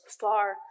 far